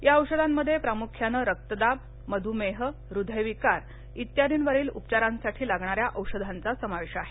या औषधांमध्ये प्रामुख्यानं रक्तदाब मधुमेह हदयविकार त्यादींवरील उपचारासाठी लागणाऱ्या औषधांचा समावेश आहे